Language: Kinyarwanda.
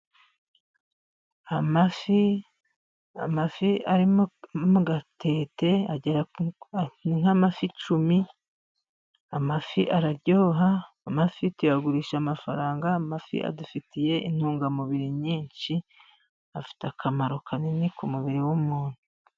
Amafi, amafi ari mu gatete agera ku ni nk'amafi icumi. Amafi araryoha, amafi tuyagurisha amafaranga, amafi adufitiye intungamubiri nyinshi, afite akamaro kanini ku mubiri w'umuntu.